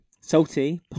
salty